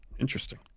Interesting